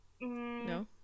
No